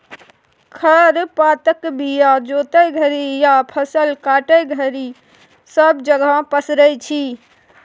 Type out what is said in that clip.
खर पातक बीया जोतय घरी या फसल काटय घरी सब जगह पसरै छी